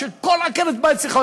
שכל עקרת-בית צריכה.